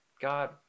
God